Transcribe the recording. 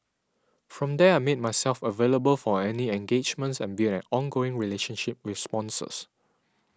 from there I made myself available for any engagements and built an ongoing relationship with sponsors